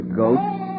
goats